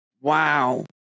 wow